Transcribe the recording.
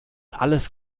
alles